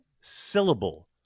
syllable